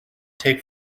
take